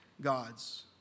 gods